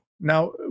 Now